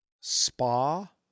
spa